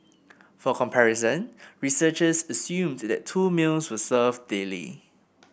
for comparison researchers assumed that two meals were served daily